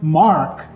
mark